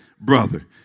brother